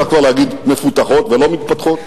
אפשר כבר להגיד "מפותחות" ולא "מתפתחות".